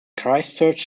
christchurch